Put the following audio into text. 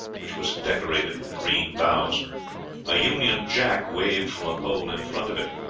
which was decorated with green boughs a union jack waved from a pole in front of it.